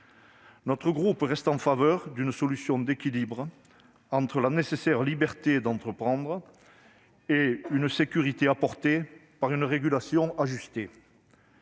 Notre groupe demeure favorable à une solution d'équilibre entre la nécessaire liberté d'entreprendre et la sécurité issue d'une régulation ajustée.